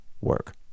work